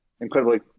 incredibly